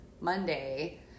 Monday